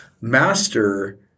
master